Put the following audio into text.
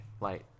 light